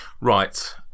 Right